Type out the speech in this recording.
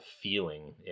feeling